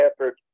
effort